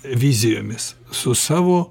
vizijomis su savo